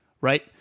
Right